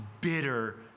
bitter